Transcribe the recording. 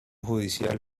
judicial